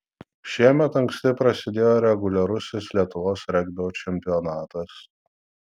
šiemet anksti prasidėjo reguliarusis lietuvos regbio čempionatas